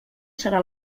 serà